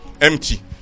empty